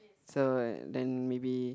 so like then maybe